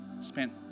spent